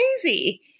crazy